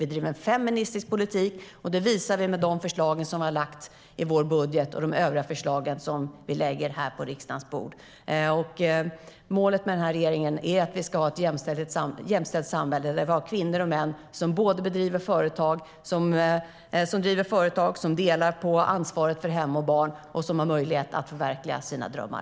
Vi driver en feministisk politik som vi visar med de förslag som vi lagt fram i vår budget och med de övriga förslag som vi lägger på riksdagens bord. Målet för regeringen är att vi ska ha ett jämställt samhälle där kvinnor och män driver företag, delar på ansvaret för hem och barn och har möjlighet att förverkliga sina drömmar.